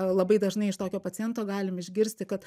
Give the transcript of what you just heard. labai dažnai iš tokio paciento galim išgirsti kad